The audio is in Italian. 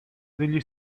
negli